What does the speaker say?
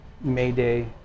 mayday